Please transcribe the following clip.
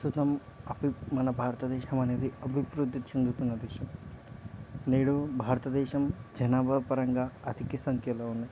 ప్రస్తుతం అభి మన భారతదేశం అనేది అభివృద్ధి చెందుతున్న దేశం నేడు భారతదేశం జనాభాపరంగా అధిక సంఖ్యలో ఉన్నయి